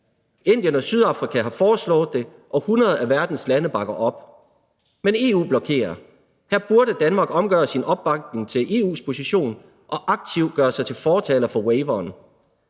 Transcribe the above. Indien og Sydafrika har foreslået det, og 100 af verdens lande bakker op om det, men EU blokerer. Her burde Danmark omgøre sin opbakning til EU's position og aktivt gøre sig til fortaler for waiveren.